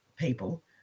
people